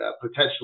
potentially